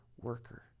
worker